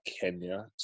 Kenya